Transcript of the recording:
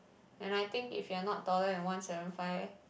and I think if you're not taller than one seven five